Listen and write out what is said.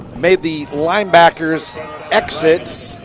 made the linebackers exit